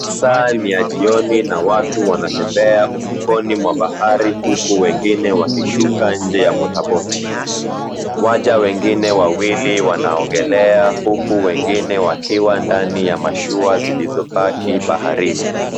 Saa ni ya jioni na watu wanatembea ufukoni mwa bahari huku wengine wakishuka nje ya motaboti . Waja wengine wawili wanaogelea huku wengine wakiwa ndani ya mashua zilizopaki baharini.